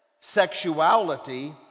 sexuality